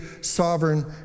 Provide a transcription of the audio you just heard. sovereign